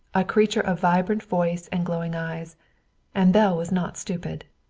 a creature of vibrant voice and glowing eyes and belle was not stupid.